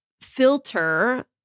filter